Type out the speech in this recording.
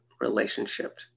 relationship